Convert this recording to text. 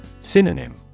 Synonym